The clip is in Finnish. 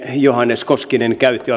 johannes koskinen käytti